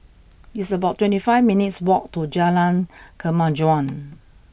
it's about twenty five minutes' walk to Jalan Kemajuan